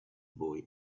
boy